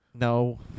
No